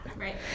Right